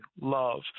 love